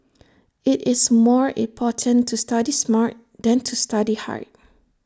IT is more important to study smart than to study hard